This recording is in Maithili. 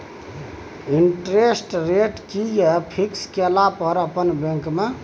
इंटेरेस्ट रेट कि ये फिक्स केला पर अपन बैंक में?